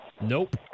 Nope